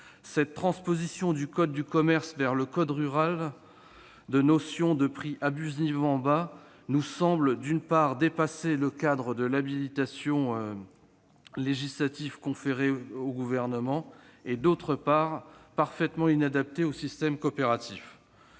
Cette transposition du code de commerce vers le code rural de la notion de prix abusivement bas nous paraît, d'une part, dépasser le cadre de l'habilitation législative conférée au Gouvernement, d'autre part, être parfaitement inadaptée au système coopératif.